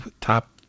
top